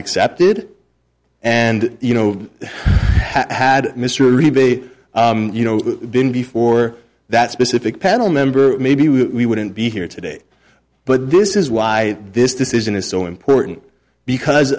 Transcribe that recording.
accepted and you know had mr reed be you know been before that specific panel member maybe we wouldn't be here today but this is why this decision is so important because